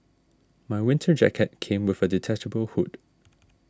my winter jacket came with a detachable hood